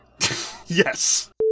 Yes